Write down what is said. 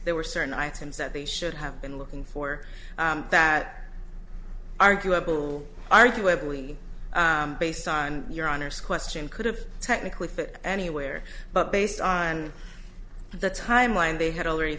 there were certain items that they should have been looking for that arguable arguably based on your honor's question could have technically fit anywhere but based on the timeline they had already